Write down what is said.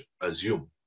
assume